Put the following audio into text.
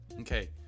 Okay